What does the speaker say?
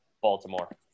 Baltimore